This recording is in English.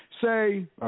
Say